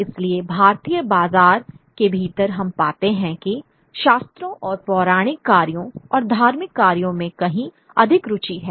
इसलिए भारतीय बाजार के भीतर हम पाते हैं कि शास्त्रों और पौराणिक कार्यों और धार्मिक कार्यों में कहीं अधिक रुचि है